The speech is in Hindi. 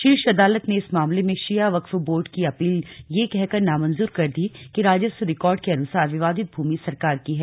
शीर्ष अदालत ने इस मामले में शिया वक्फ बोर्ड की अपील यह कहकर नामंजूर कर दी कि राजस्व रिकार्ड के अनुसार विवादित भूमि सरकार की है